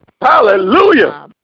hallelujah